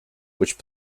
which